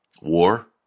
War